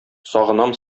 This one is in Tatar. сагынам